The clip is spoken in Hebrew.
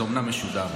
זה אומנם משודר,